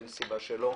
ואין סיבה שלא.